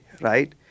right